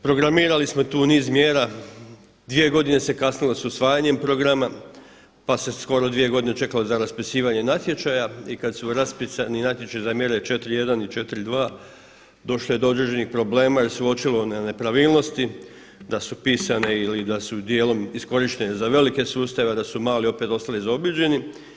Programirali smo tu niz mjera, dvije godine se kasnilo sa usvajanjem programa, pa se skoro dvije godine čekalo za raspisivanje natječaja i kada su raspisani natječaji mjere 4.1 i 4.2 došlo je do određenih problema jer su se uočile nepravilnosti, da su pisane ili da su dijelom iskorištene za velike sustave, a da su mali opet ostali zaobiđeni.